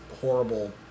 horrible